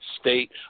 state